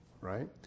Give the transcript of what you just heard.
right